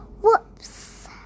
Whoops